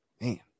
Man